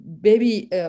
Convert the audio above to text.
baby